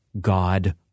God